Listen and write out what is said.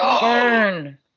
Burn